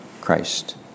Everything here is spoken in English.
Christ